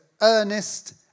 earnest